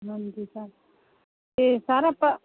ਹਾਂਜੀ ਸਰ ਅਤੇ ਸਰ ਆਪਾਂ